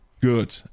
good